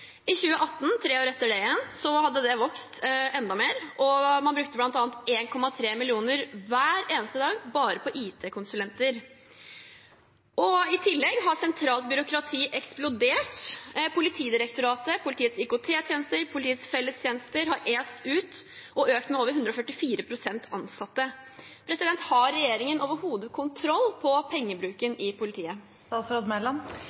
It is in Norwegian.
I 2018, tre år etter det igjen, hadde det beløpet vokst enda mer, og man brukte bl.a. 1,3 mill. kr hver eneste dag bare på IT-konsulenter. I tillegg har sentralt byråkrati eksplodert. Politidirektoratet, Politiets IKT-tjenester og Politiets fellestjenester har est ut; antallet ansatte har økt med over 144 pst. Har regjeringen overhodet kontroll på pengebruken